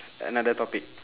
another topic